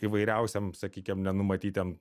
įvairiausiem sakykim nenumatytiem